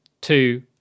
Two